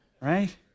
right